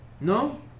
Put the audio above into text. No